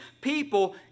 people